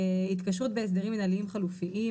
התקשרות בהסדרים מנהליים חלופיים